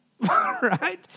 right